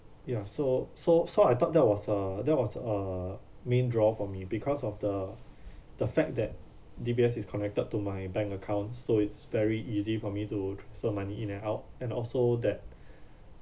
ya so so so I thought that was a that was uh main draw for me because of the the fact that D_B_S is connected to my bank account so it's very easy for me to transfer money in and out and also that